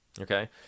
Okay